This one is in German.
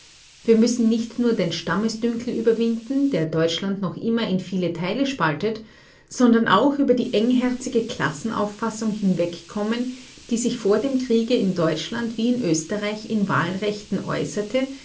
wir müssen nicht nur den stammesdünkel überwinden der deutschland noch immer in viele teile spaltet sondern auch über die engherzige klassenauffassung hinwegkommen die sich vor dem kriege in deutschland wie in österreich in wahlrechten äußerte